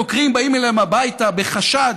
בבוקר, חוקרים באים אליהם הביתה בחשד